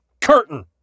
Curtain